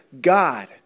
God